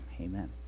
amen